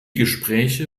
gespräche